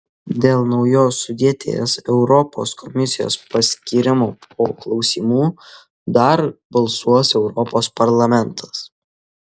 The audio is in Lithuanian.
dėl naujos sudėties europos komisijos paskyrimo po klausymų dar balsuos europos parlamentas